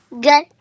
Good